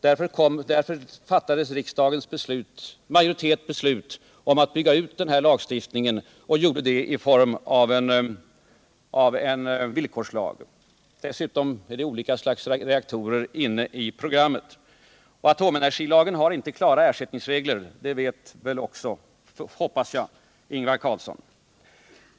Därför fattade riksdagens majoritet beslutet om att bygga ut lagstiftningen och gjorde det i form av en villkorslag. Dessutom är olika slags reaktorer inne i programmet. Atomenergilagen har inte några klara ersättningsregler — det vet väl också, hoppas jag, Ingvar Carlsson.